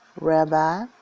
rabbi